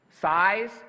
Size